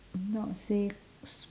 um not say s~